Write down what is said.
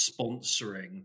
sponsoring